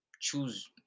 choose